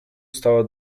stała